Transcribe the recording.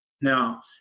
Now